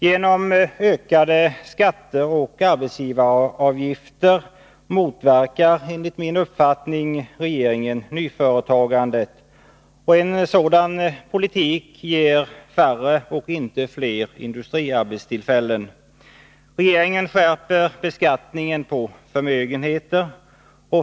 Genom ökade skatter och arbetsgivaravgifter motverkar regeringen enligt min uppfattning nyföretagandet. En sådan politik ger färre, inte fler, industriarbetstillfällen. Regeringen skärper beskattningen av förmögenheter.